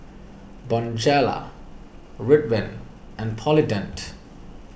Bonjela Ridwind and Polident